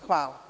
Hvala.